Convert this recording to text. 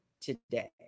today